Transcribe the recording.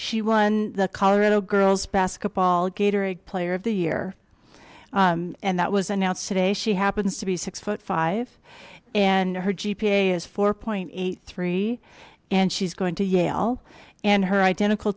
she won the colorado girls basketball gatorade player of the year and that was announced today she happens to be six foot five and her gpa is four point eight three and she's going to yale and her identical